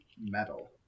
metal